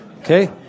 Okay